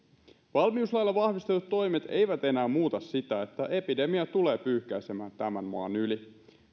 valmiuslailla vahvistetut toimet eivät enää muuta sitä että epidemia tulee pyyhkäisemään tämän maan yli